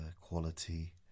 quality